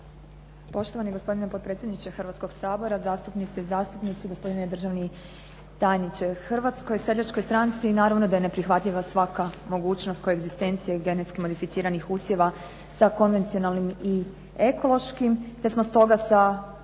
Poštovani gospodine potpredsjedniče Hrvatskog sabora, zastupnice i zastupnici, gospodine državni tajniče. Hrvatskoj seljačkoj stranci naravno da je neprihvatljiva svaka mogućnost koegzistencije genetski modificiranih usjeva sa konvencionalnim i ekološkim, te smo stoga sa